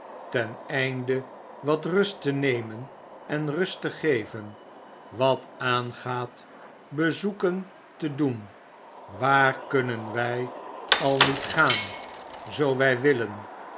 ten einde wat rust te nemen en rust te geven wat aangaat bezoeken te doen waar kunnen wy al niet gaan zoo wij willen